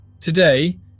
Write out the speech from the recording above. Today